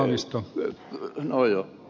no joo